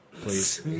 Please